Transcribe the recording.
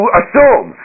assume